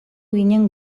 ginen